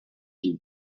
you